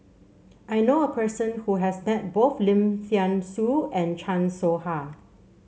I knew a person who has met both Lim Thean Soo and Chan Soh Ha